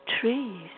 trees